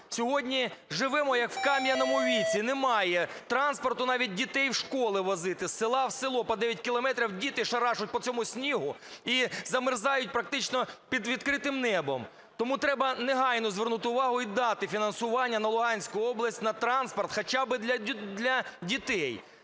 Сьогодні живемо, як в кам'яному віці, немає транспорту навіть дітей в школи возити. З села в село по 9 кілометрів діти шарашать по цьому снігу і замерзають практично під відкритим небом. Тому треба негайно звернути увагу і дати фінансування на Луганську область, на транспорт хоча би для дітей.